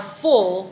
full